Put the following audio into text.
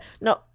No